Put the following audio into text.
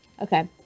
Okay